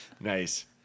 Nice